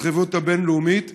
ההתחייבויות הבין-לאומיות,